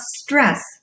stress